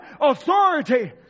authority